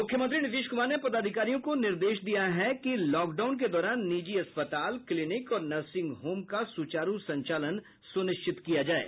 मुख्यमंत्री नीतीश कुमार ने पदाधिकारियों को निर्देश दिया है कि लॉकडाउन के दौरान निजी अस्पताल क्लिनिक और नर्सिंग होम का सुचारू संचालन सुनिश्चित किया जाये